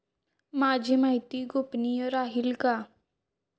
माझी माहिती गोपनीय राहील का?